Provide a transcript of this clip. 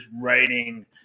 writing